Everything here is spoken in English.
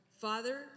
Father